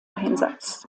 einsatz